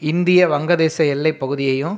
இந்திய வங்கதேச எல்லைப்பகுதியையும்